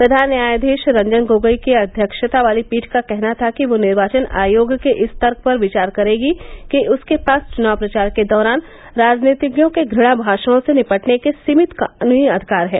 प्रधान न्यायाधीश रंजन गोगोई की अध्यक्षता वाली पीठ का कहना था कि वह निर्वाचन आयोग के इस तर्क पर विचार करेगी कि उसके पास चुनाव प्रचार के दौरान राजनीतिज्ञों के घृणा भाषणों से निपटने के सीमित कानूनी अधिकार हैं